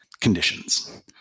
conditions